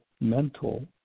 mental